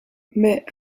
mais